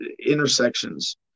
intersections